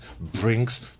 brings